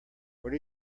where